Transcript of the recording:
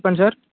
చెప్పండి సార్